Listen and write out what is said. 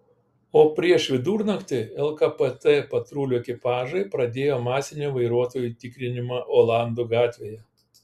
o prieš vidurnaktį lkpt patrulių ekipažai pradėjo masinį vairuotojų tikrinimą olandų gatvėje